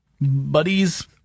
buddies